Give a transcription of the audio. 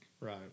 Right